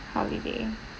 holiday